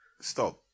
stop